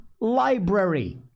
library